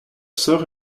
sœur